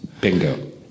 Bingo